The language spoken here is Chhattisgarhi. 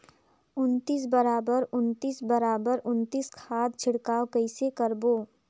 उन्नीस बराबर उन्नीस बराबर उन्नीस खाद छिड़काव कइसे करबो?